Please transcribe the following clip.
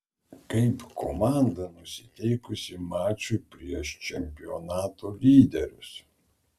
kaip komanda nusiteikusi mačui prieš čempionato lyderius